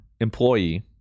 employee